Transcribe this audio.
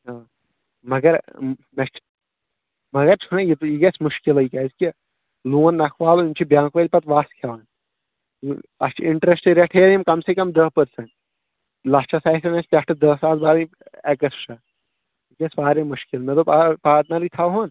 مگر مےٚ چھُ مگر چھُنا یہِ گژھہِ مُشکِلٕے کیٛازِ کہ لوٗن نکھہٕ والُن یِم چھِ بینگ وألۍ پتہٕ وَس کھیٚوان اَتھ چھ اِنٹرسٹ ریٹ ہیٚین یِم کم سے کم دہ پٔرسنٹ لچھس آسن اسہِ پٮ۪ٹھہٕ دہ ساس برٕنۍ ایٚکٕسٹرا یہِ گژھہِ واریاہ مُشکِل مےٚ دوٚپ اوے پاٹنرٕے تھاوہون